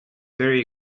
very